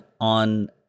on